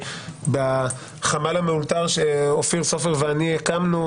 בחמ"ל המאולתר שאופיר סופר ואני הקמנו,